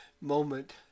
moment